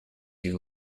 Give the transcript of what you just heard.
you